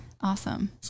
Awesome